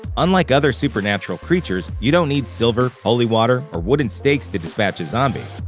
unlike other supernatural creatures, you don't need silver, holy water, or wooden stakes to dispatch a zombie.